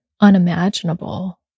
unimaginable